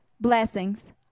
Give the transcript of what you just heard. blessings